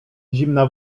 zimna